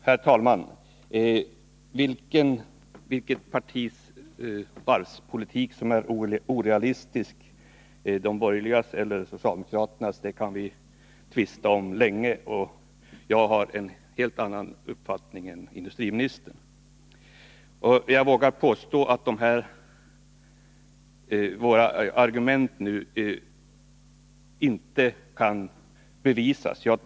Herr talman! Vi kan tvista länge om vilken varvspolitik som är orealistisk, om det är de borgerligas eller socialdemokraternas. Jag har en helt annan uppfattning om det än industriministern. Jag vågar påstå att ingen av oss kan bevisa riktigheten av just det och det argumentet.